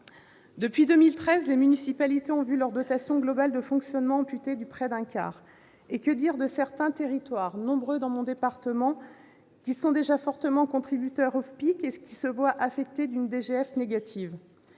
Depuis 2013, les municipalités ont vu leur dotation globale de fonctionnement amputée de près d'un quart. Que dire de certains territoires, nombreux dans mon département, déjà fortement contributeurs au FPIC et qui se voient affectés par une DGF négative ?